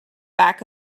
back